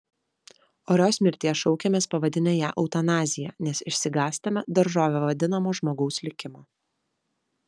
orios mirties šaukiamės pavadinę ją eutanazija nes išsigąstame daržove vadinamo žmogaus likimo